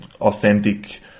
authentic